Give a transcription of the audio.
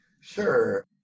Sure